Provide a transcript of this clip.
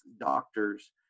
doctors